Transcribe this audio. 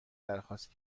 درخواست